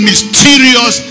mysterious